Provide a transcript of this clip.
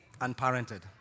unparented